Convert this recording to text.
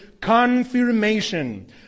confirmation